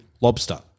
lobster